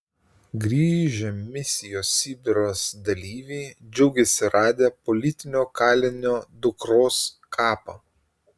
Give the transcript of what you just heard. grįžę misijos sibiras dalyviai džiaugiasi radę politinio kalinio dukros kapą